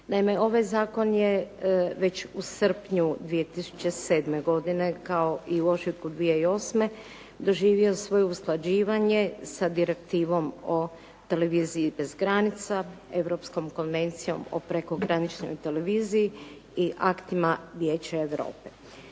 Naime, ovaj zakon je već u srpnju 2007. godine, kao i u ožujku 2008. doživio svoje usklađivanje sa Direktivom o Televiziji bez granicama, sa Europskom konvencijom o prekograničnoj televiziji i aktima Vijeća Europe.